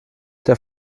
der